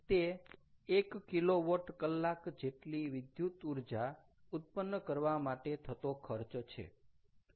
તે 1 કિલોવોટ કલાક જેટલી વિદ્યુતઊર્જા ઉત્પન્ન કરવા માટે થતો ખર્ચ છે